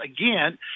again